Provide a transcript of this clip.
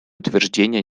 утверждения